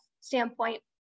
standpoint